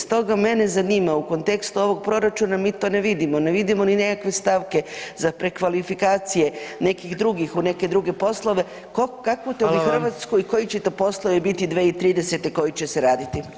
Stoga mene zanima u kontekstu ovog proračuna mi to ne vidimo, ne vidimo ni nekakve stavke za prekvalifikacije nekih drugih u neke druge poslove, kakvu to bi Hrvatsku i [[Upadica: Hvala vam.]] koji će to poslovi biti 2030. koji će se raditi?